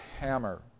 hammer